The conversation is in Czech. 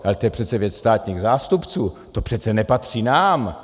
Ale to je přece věc státních zástupců, to přece nepatří nám.